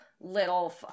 little